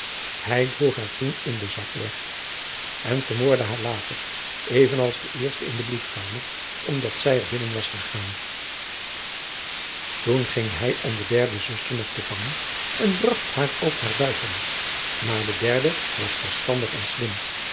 hij droeg haar toen in den zak weg en vermoordde haar later even als de eerste in de bloedkamer omdat zij er binnen was gegaan toen ging hij om de derde zuster nog te vangen en bracht haar ook naar buiten maar de derde was verstandig en slim